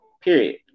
period